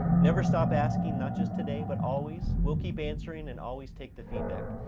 never stop asking, not just today but always. we'll keep answering and always take the feedback.